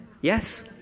Yes